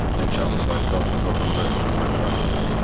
enchanted by the thought-provoking words from michelangelo,